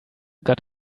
got